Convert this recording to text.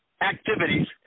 activities